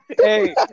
Hey